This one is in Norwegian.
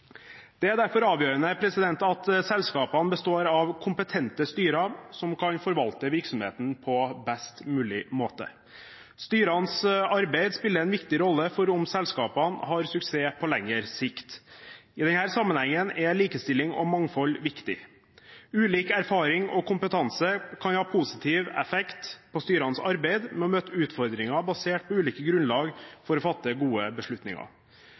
Det er derfor avgjørende at selskapene består av kompetente styrer som kan forvalte virksomheten på best mulig måte. Styrenes arbeid spiller en viktig rolle for om selskapene har suksess på lengre sikt. I denne sammenhengen er likestilling og mangfold viktig. Ulik erfaring og ulik kompetanse kan ha positiv effekt på styrenes arbeid ved å møte utfordringer basert på ulike grunnlag for å fatte gode beslutninger.